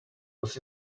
was